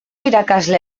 irakasle